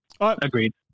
Agreed